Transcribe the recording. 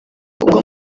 ubwo